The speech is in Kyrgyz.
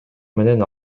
менен